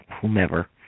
whomever